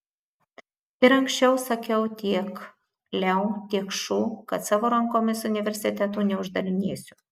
ir anksčiau sakiau tiek leu tiek šu kad savo rankomis universitetų neuždarinėsiu